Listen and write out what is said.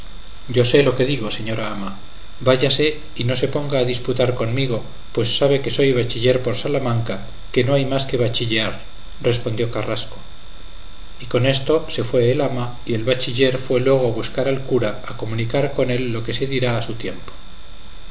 yo sé lo que digo señora ama váyase y no se ponga a disputar conmigo pues sabe que soy bachiller por salamanca que no hay más que bachillear respondió carrasco y con esto se fue el ama y el bachiller fue luego a buscar al cura a comunicar con él lo que se dirá a su tiempo